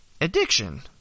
Addiction